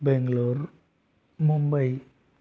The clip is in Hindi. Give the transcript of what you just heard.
बैंगलोर मुंबई